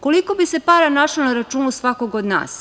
Koliko bi se para našlo na računu svakog od nas?